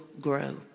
grow